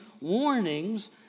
warnings